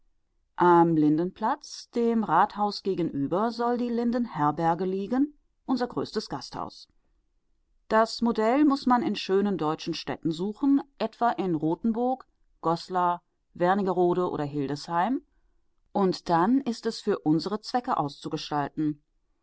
am lindenplatz dem rathaus gegenüber soll die lindenherberge liegen unser größtes gasthaus das modell muß man in schönen deutschen städten suchen etwa in rothenburg goslar wernigerode oder hildesheim und dann ist es für unsere zwecke auszugestalten